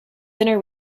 dinner